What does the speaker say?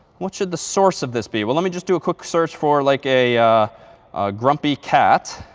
what should the source of this be? well, let me just do a quick search for like a grumpy cat.